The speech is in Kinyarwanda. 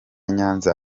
nyanza